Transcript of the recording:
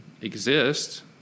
exist